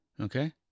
okay